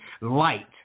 Light